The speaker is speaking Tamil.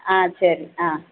ஆ சரி ஆ